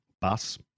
bus